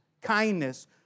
kindness